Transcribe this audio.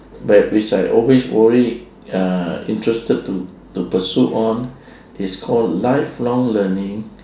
but it's like always worry uh interested to to pursue on it's called lifelong-learning